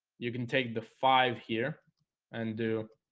you can take the five here and do